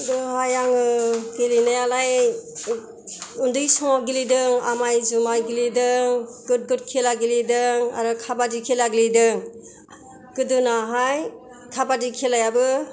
गोदोहाय आङो गेलेनायालाय उन्दै समाव गेलेदों आमाय जुमाय गेलेदों गोद गोद खेला गेलेदों आरो काबादि खेला गेलेदों गोदोनाहाय काबादि खेलायाबो